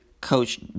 Coach